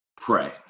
pray